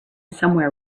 somewhere